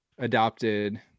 adopted